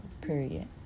period